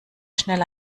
schnell